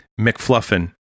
McFluffin